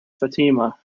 fatima